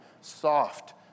soft